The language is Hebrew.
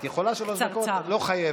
את יכולה שלוש דקות, לא חייבת.